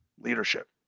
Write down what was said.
leadership